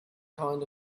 kind